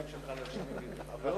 הוא